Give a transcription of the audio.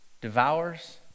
devours